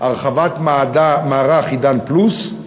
הרחבת מערך "עידן פלוס"